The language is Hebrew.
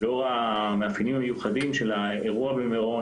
לאור המאפיינים המיוחדים של האירוע במירון,